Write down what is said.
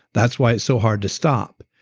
that's why it's so hard to stop.